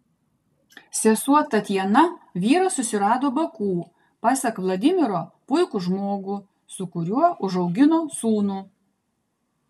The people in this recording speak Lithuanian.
sesuo tatjana vyrą susirado baku pasak vladimiro puikų žmogų su kuriuo užaugino sūnų